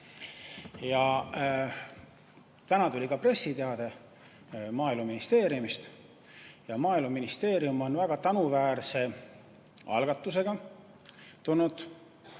Täna tuli ka pressiteade Maaeluministeeriumist. Maaeluministeerium on väga tänuväärse algatusega välja